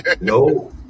No